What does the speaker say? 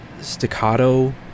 staccato